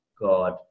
God